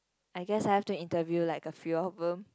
I guess I have to interview like a few boom